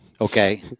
Okay